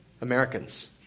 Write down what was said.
Americans